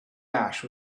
ash